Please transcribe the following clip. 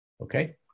okay